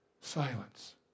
silence